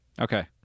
Okay